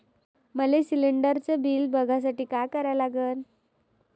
मले शिलिंडरचं बिल बघसाठी का करा लागन?